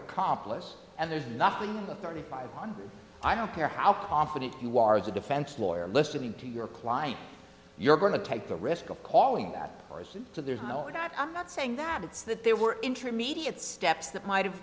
accomplice and there's nothing in the thirty five hundred i don't care how confident you are as a defense lawyer listening to your client you're going to take the risk of calling that arson so there's no and i'm not saying that it's that there were intermediate steps that might have